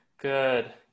Good